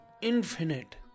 infinite